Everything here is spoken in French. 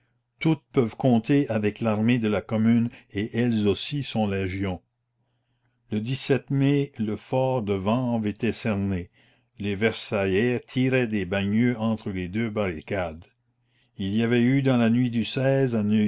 toutes peuvent compter avec l'armée de la commune et elles aussi sont légions e mai le fort de vanves étant cerné les versaillais tiraient de bagneux entre les deux barricades il y avait eu dans la nuit du